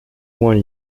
moins